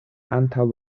antaŭ